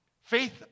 faith